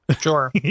Sure